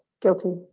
Guilty